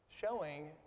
Showing